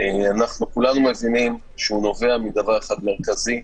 כולנו מבינים שהוא נובע מדבר אחד מרכזי,